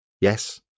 Yes